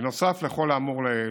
בנוסף לכל האמור לעיל,